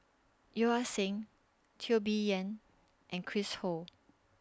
Yeo Ah Seng Teo Bee Yen and Chris Ho